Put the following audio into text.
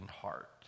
heart